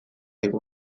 digu